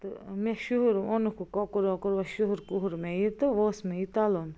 تہٕ مےٚ شُہُر اوٚنُکھ وۄنۍ کۄکُر وۄکُر وۄمۍ شُہُر کُہر مےٚ یہِ تہٕ وۄنۍ اوس مےٚ یہِ تَلُن